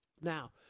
Now